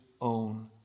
own